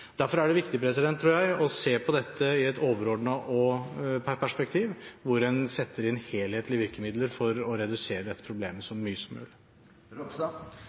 Derfor er det viktig, tror jeg, å se på dette i et overordnet perspektiv, hvor en setter inn helhetlige virkemidler for å redusere dette problemet så mye som